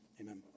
amen